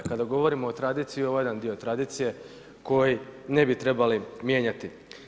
Kada govorimo o tradiciji, ovo je jedan dio tradicije koji ne bi trebali mijenjati.